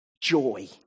Joy